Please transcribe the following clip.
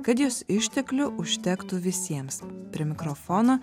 kad jos išteklių užtektų visiems prie mikrofono